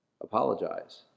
apologize